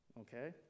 Okay